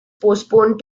postponed